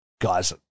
guys